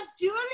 Julie